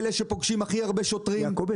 אלה שפוגשים הכי הרבה שוטרים --- יעקובי,